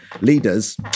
leaders